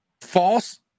false